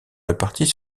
réparties